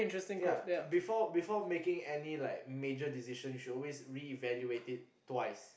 ya before before making any like major decision you should always reevaluate it twice